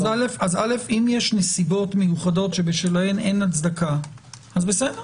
אם יש נסיבות מיוחדות שבשלהן אין הצדקה אז בסדר.